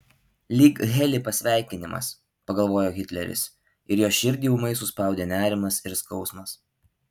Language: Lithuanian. lyg heli pasveikinimas pagalvojo hitleris ir jo širdį ūmai suspaudė nerimas ir skausmas